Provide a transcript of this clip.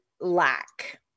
lack